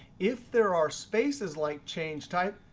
if there are spaces like change type,